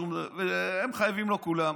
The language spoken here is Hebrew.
והם חייבים לו כולם.